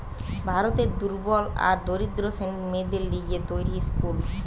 ভারতের দুর্বল আর দরিদ্র শ্রেণীর মেয়েদের লিগে তৈরী স্কুল